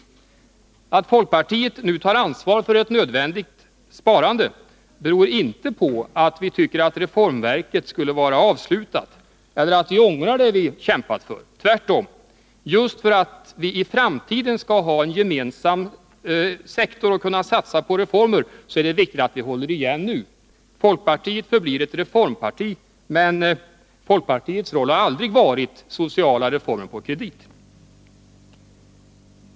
Att folkpartiet nu tar ansvar för ett nödvändigt sparande beror inte på att vi tycker att reformverket skulle vara avslutat eller på att vi ångrar det som vi har kämpat för. Tvärtom — just för att vi i framtiden skall kunna ha en gemensam sektor och kunna satsa på reformer är det viktigt att vi nu håller igen. Folkpartiet förblir ett reformparti, men folkpartiets roll har aldrig varit att förespråka sociala reformer på kredit.